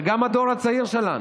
זה גם הדור הצעיר שלנו.